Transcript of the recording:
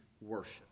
worship